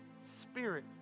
spirit